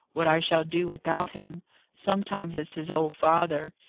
what i shall do without him sometimes it's his old father.